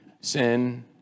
sin